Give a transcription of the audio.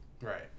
Right